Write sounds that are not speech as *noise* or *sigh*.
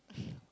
*breath*